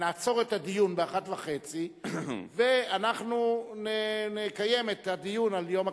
נעצור את הדיון ב-13:30 ואנחנו נקיים את הדיון על יום הקשיש.